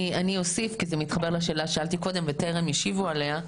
אני אוסיף כי זה מתחבר לשאלה ששאלתי קודם וטרם השיבו עליה.